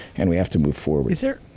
and we have to move forward. is there.